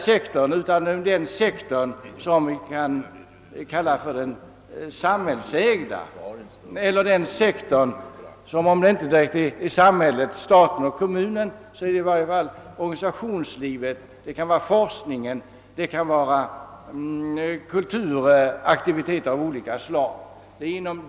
Non profit-sektorn är kanske inte alltid direkt samhällsägd men till den hör i varje fall organisationslivet, och den kan inrymma forskning och kulturaktiviteter av olika slag.